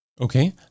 Okay